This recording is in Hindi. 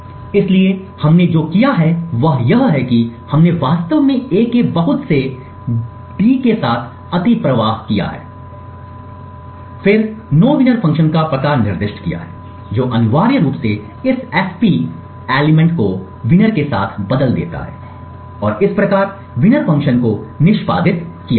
इसलिए हमने जो किया है वह यह है कि हमने वास्तव में A के बहुत से d के साथ अतिप्रवाह किया है 72 A और फिर नोविनर फंक्शन का पता निर्दिष्ट किया है जो अनिवार्य रूप से इस fp चीज को विजेता के साथ बदल देता है और इस प्रकार विजेता फ़ंक्शन को निष्पादित किया जाएगा